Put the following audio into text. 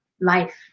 life